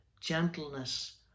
gentleness